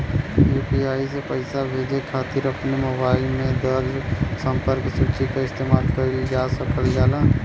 UPI से पइसा भेजे खातिर अपने मोबाइल में दर्ज़ संपर्क सूची क इस्तेमाल कइल जा सकल जाला